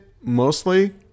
mostly